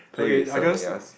play with something else